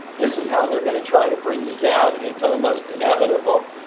this is how they're going to try to bring me down. and it's almost inevitable.